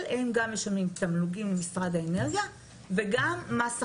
הם גם משלמים תמלוגים למשרד האנרגיה וגם מס הכנסה.